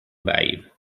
babe